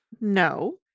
No